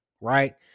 right